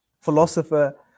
philosopher